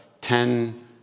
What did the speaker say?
Ten